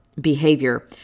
behavior